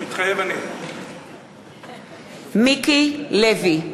מתחייב אני מיקי לוי,